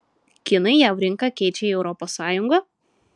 kinai jav rinką keičia į europos sąjungą